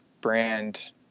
brand